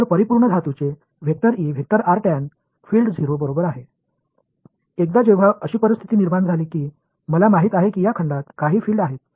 எனவே எனக்கு இதுபோன்ற ஒரு சூழ்நிலை ஏற்பட்டவுடன் இந்த கொள்ளளவில் ஒரு புலங்கள் இருப்பதை நான் அறிவேன் நாங்கள் தனித்துவமானவர்களாக இருப்போம் ஒரு எளிய எடுத்துக்காட்டு